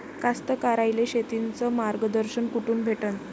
कास्तकाराइले शेतीचं मार्गदर्शन कुठून भेटन?